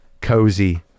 cozy